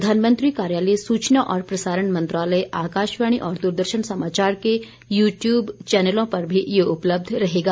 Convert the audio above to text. प्रधानमंत्री कार्यालय सूचना और प्रसारण मंत्रालय आकाशवाणी और दूरदर्शन समाचार के यू ट्यूब चैनलों पर भी यह उपलब्ध रहेगा